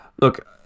Look